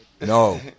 No